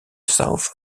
south